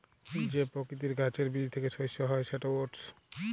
যে পকিতির গাহাচের বীজ থ্যাইকে শস্য হ্যয় সেট ওটস